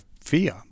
fear